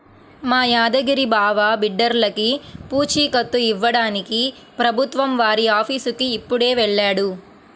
మా యాదగిరి బావ బిడ్డర్లకి పూచీకత్తు ఇవ్వడానికి ప్రభుత్వం వారి ఆఫీసుకి ఇప్పుడే వెళ్ళాడు